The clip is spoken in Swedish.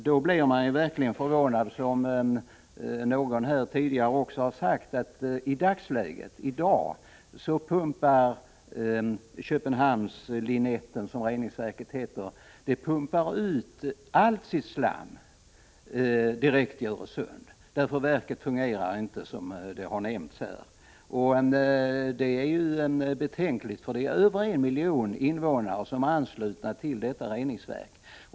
Då blev jag verkligen förvånad över att, som någon här tidigare sagt, Köpenhamns reningsverk Linetten i dag pumpar ut allt sitt slam direkt i Öresund därför att reningsverket inte fungerar, som också har nämnts här. Det är betänkligt, för det är över en miljon invånare som är anslutna till detta reningsverk.